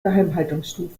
geheimhaltungsstufe